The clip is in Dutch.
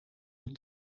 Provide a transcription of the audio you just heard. een